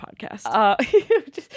podcast